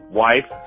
wife